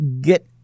Get